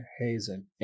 Hazen